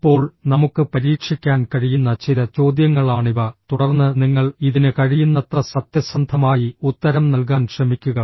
ഇപ്പോൾ നമുക്ക് പരീക്ഷിക്കാൻ കഴിയുന്ന ചില ചോദ്യങ്ങളാണിവ തുടർന്ന് നിങ്ങൾ ഇതിന് കഴിയുന്നത്ര സത്യസന്ധമായി ഉത്തരം നൽകാൻ ശ്രമിക്കുക